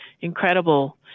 incredible